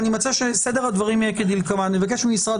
אני מציע סדר דברים כדלקמן: אני מבקש ממשרד